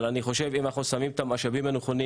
אני חושב שאם אנחנו שמים את המשאבים הנכונים